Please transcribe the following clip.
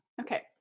Okay